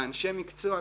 אנשי המקצוע,